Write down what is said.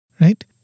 Right